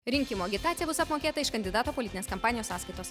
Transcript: rinkimų agitacija bus apmokėta iš kandidato politinės kampanijos sąskaitos